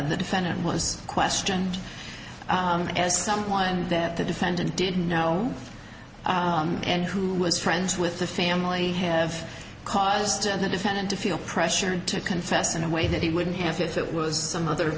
the defendant was questioned as someone that the defendant didn't know and who was friends with the family have caused the defendant to feel pressured to confess in a way that he wouldn't have if it was some other